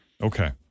Okay